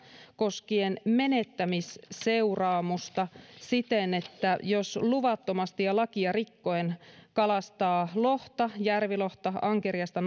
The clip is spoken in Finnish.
koskien menettämisseuraamusta siten että jos luvattomasti ja lakia rikkoen kalastaa lohta järvilohta ankeriasta